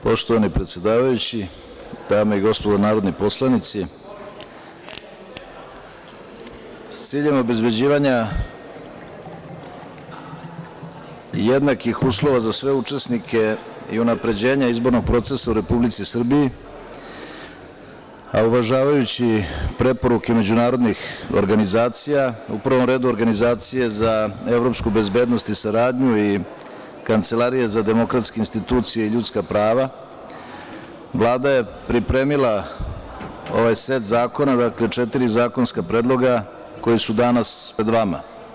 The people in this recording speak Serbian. Poštovani predsedavajući, dame i gospodo narodni poslanici, sa ciljem obezbeđivanja jednakih uslova za sve učesnike i unapređenja izbornog procesa u Republici Srbiji, a uvažavajući preporuke međunarodnih organizacija, u prvom redu Organizacije za evropsku bezbednost i saradnju i Kancelarije za demokratske institucije i ljudska prava, Vlada je pripremila ovaj set zakona, dakle, četiri zakonska predloga koji su danas pred vama.